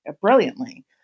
brilliantly